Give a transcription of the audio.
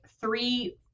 Three